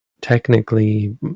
technically